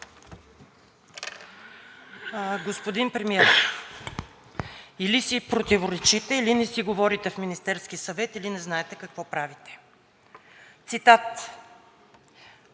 Господин Премиер, или си противоречите, или не си говорите в Министерския съвет, или не знаете какво правите. Цитат